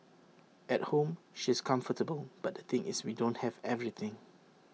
at home she's comfortable but the thing is we don't have everything